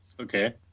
Okay